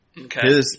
Okay